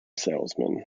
salesman